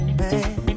man